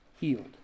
healed